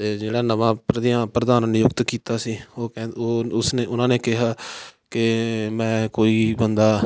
ਜਿਹੜਾ ਨਵਾਂ ਪਰਧਿਆ ਪ੍ਰਧਾਨ ਨਿਯੁਕਤ ਕੀਤਾ ਸੀ ਉਹ ਕਹਿੰ ਉਸਨੇ ਉਹਨਾਂ ਨੇ ਕਿਹਾ ਕਿ ਮੈਂ ਕੋਈ ਬੰਦਾ